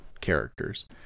characters